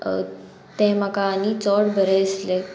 तें म्हाका आनी चड बरें दिसलें